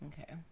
Okay